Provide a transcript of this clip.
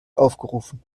aufgerufen